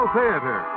Theater